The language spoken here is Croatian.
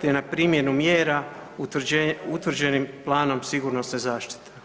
te na primjenu mjera utvrđenim planom sigurnosne zaštite.